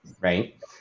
right